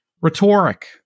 rhetoric